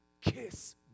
Kiss